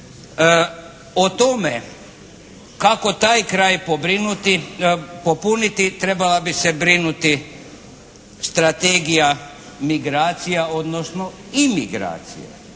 O tome kako taj kraj popuniti trebala bi se brinuti strategija migracija, odnosno imigracija.